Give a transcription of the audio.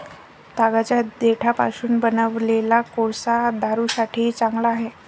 तागाच्या देठापासून बनवलेला कोळसा बारूदासाठी चांगला आहे